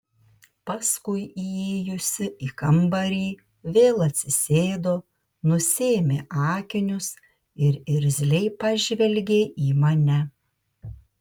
paskui įėjusi į kambarį vėl atsisėdo nusiėmė akinius ir irzliai pažvelgė į mane